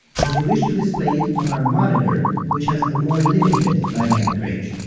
and we wish to display it on our monitor, which has a more limited dynamic range.